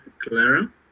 clara